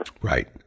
Right